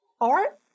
art